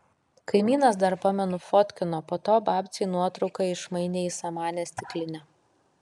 kaimynas dar pamenu fotkino po to babcei nuotrauką išmainė į samanės stiklinę